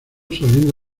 saliendo